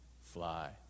Fly